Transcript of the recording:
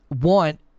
want